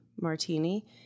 martini